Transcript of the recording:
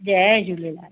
Jay Jhulelal